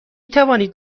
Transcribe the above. توانید